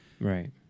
Right